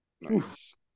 Nice